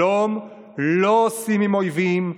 שלום לא עושים עם אויבים,